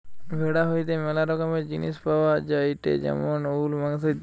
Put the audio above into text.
ভেড়া হইতে ম্যালা রকমের জিনিস পাওয়া যায়টে যেমন উল, মাংস ইত্যাদি